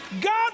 God